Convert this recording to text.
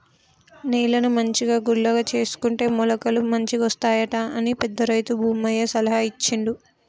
నేలను మంచిగా గుల్లగా చేసుకుంటే మొలకలు మంచిగొస్తాయట అని పెద్ద రైతు భూమయ్య సలహా ఇచ్చిండు